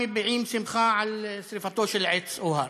המביעים שמחה על שרפתו של עץ או הר.